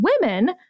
women